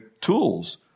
tools